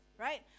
right